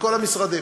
בכל המשרדים,